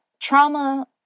trauma